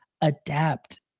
adapt